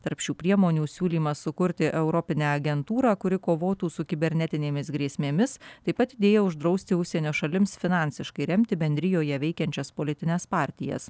tarp šių priemonių siūlymas sukurti europinę agentūrą kuri kovotų su kibernetinėmis grėsmėmis taip pat idėja uždrausti užsienio šalims finansiškai remti bendrijoje veikiančias politines partijas